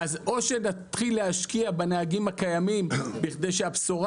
אז או שנתחיל להשקיע בנהגים הקיימים בכדי שהבשורה